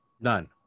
None